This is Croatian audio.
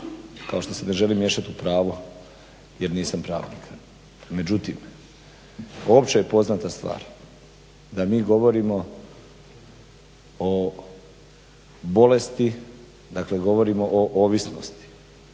kao što se ne želim miješat u … jer nisam pravnik. Međutim, opće je poznata stvar da mi govorimo o bolesti, dakle govorimo o ovisnosti